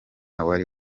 wari